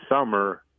summer